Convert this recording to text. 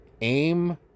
Aim